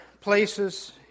places